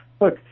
look